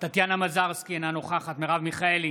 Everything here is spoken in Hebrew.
טטיאנה מזרסקי, אינה נוכחת מרב מיכאלי,